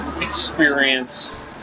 experience